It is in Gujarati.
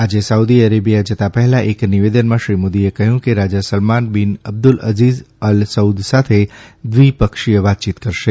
આજે સાઉદી અરેબિયા જતા પહેલાં એક નિવેદનમાં શ્રી મોદીએ કહ્યું કે રાજા Salman bin Abdul Aziz Al Saud સાથે દ્વિપક્ષીય વાતચીત કરશે